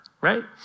right